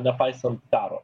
nepaisant karo